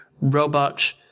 robot